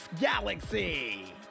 Galaxy